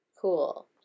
Cool